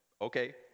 Okay